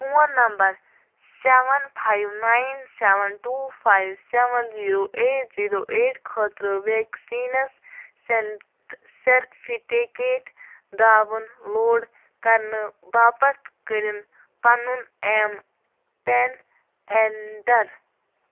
phone number seven five nine seven two five seven zero eight zero eight خٲطرٕ vaccination certificate download کرنہٕ باپتھ کٔرِن پَنُن M PIN enter